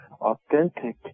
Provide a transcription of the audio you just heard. authentic